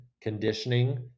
conditioning